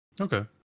Okay